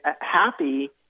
happy